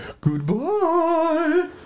Goodbye